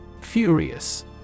Furious